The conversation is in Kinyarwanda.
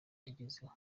yagezeho